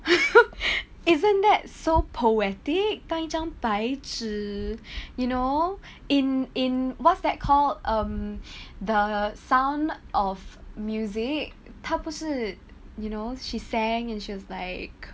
isn't that so poetic 当一张白纸 you know in in what's that called um the sound of music 他不是 you know she sang and she was like